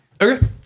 Okay